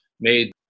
made